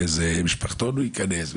באיזה משפחתון הוא ייכנס,